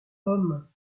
homme